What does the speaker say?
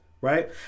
right